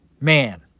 Man